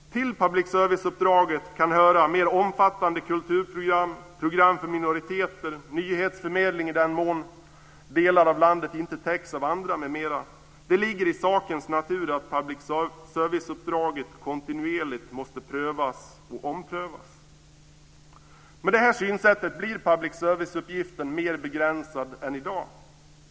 Till public service-uppdraget kan höra mer omfattande kulturprogram, program för minoriteter, nyhetsförmedling i den mån delar av landet inte täcks av andra m.m. Det ligger i sakens natur att public service-uppdraget kontinuerligt måste prövas och omprövas. Med det här synsättet blir public service-uppgiften mer begränsad än i dag.